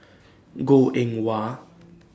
Goh Eng Wah